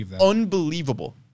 unbelievable